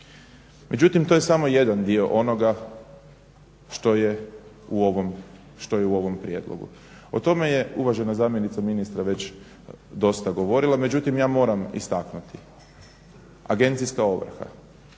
Međutim, to je samo jedan dio onoga što je u ovom prijedlogu. O tome je uvažena zamjenica ministra već dosta govorila, međutim ja moram istaknuti agencijska ovrha.